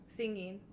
singing